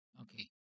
Okay